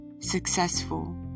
successful